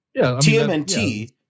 TMNT